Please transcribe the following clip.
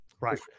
Right